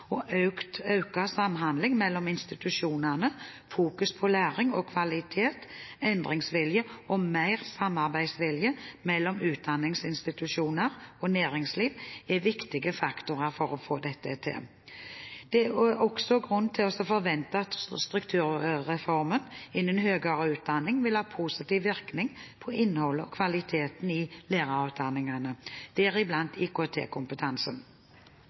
og økt samhandling mellom institusjonene, fokus på læring og kvalitet, endringsvilje og mer samarbeid mellom utdanningsinstitusjoner og næringsliv er viktige faktorer for å få dette til. Det er også grunn til å forvente at strukturreformen innen høyere utdanning vil ha positiv virkning på innholdet og kvaliteten i lærerutdanningene, deriblant